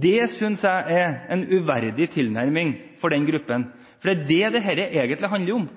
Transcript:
Det synes jeg er en uverdig tilnærming for den gruppen, for det er det dette egentlig handler om, det er det denne saken handler om.